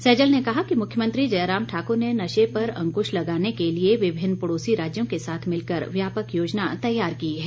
सैजल ने कहा कि मुख्यमंत्री जयराम ठाकुर ने नशे पर अंकुश लगाने के लिए विभिन्न पड़ोसी राज्यों के साथ मिलकर व्यापक योजना तैयार की है